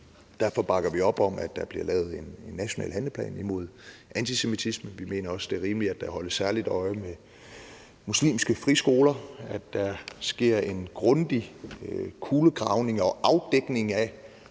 derfor bakker vi op om, at der bliver lavet en national handleplan imod antisemitisme. Vi mener også, det er rimeligt, at der holdes særlig øje med muslimske friskoler, og at der sker en grundig kulegravning og afdækning af